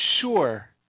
sure